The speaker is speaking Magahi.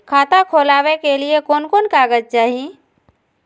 खाता खोलाबे के लिए कौन कौन कागज चाही?